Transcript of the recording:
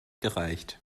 gereicht